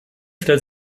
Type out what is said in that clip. stellt